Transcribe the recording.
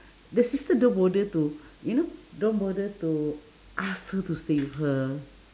the sister don't bother to you know don't bother to ask her to stay with her